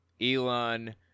Elon